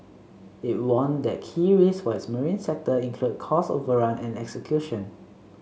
it warned that key risks for its marine sector include cost overrun and execution